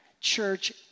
church